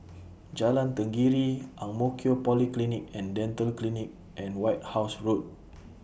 Jalan Tenggiri Ang Mo Kio Polyclinic and Dental Clinic and White House Road